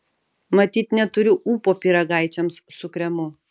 matyt neturiu ūpo pyragaičiams su kremu